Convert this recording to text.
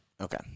Okay